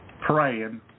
praying